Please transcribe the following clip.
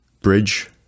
bridge